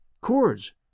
Chords